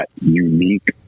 unique